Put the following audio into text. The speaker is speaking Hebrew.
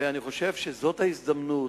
ואני חושב שזאת ההזדמנות,